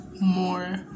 more